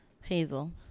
Hazel